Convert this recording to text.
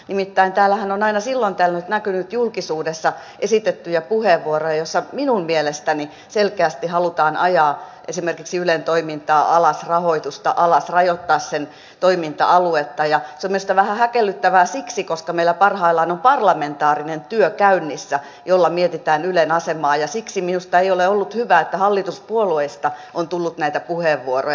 nimittäin täällähän on aina silloin tällöin näkynyt julkisuudessa esitettyjä puheenvuoroja joissa minun mielestäni selkeästi halutaan ajaa esimerkiksi ylen toimintaa alas rahoitusta alas rajoittaa sen toiminta aluetta ja se on minusta vähän häkellyttävää siksi että meillä parhaillaan on parlamentaarinen työ käynnissä jossa mietitään ylen asemaa ja siksi minusta ei ole ollut hyvä että hallituspuolueista on tullut näitä puheenvuoroja